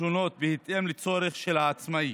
בהתאם לצורך של העצמאי.